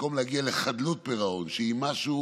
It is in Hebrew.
במקום להגיע לחדלות פירעון, שהיא משהו